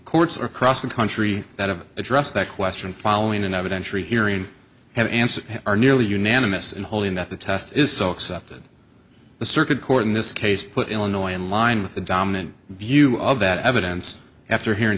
courts across the country that have addressed that question following an evidentiary hearing have and are nearly unanimous in holding that the test is so excepted the circuit court in this case put illinois in line with the dominant view of that evidence after hearing